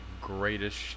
greatest